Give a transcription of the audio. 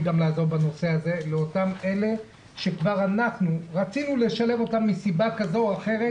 לעזור בנושא הזה לאותם אלה שרצינו לשלב אותם מסיבה כזו או אחרת